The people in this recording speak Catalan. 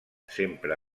sempre